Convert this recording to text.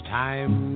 time